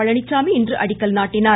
பழனிச்சாமி இன்று அடிக்கல் நாட்டினார்